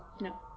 No